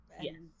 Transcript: yes